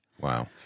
Wow